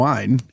Wine